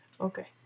Okay